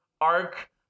arc